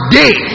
day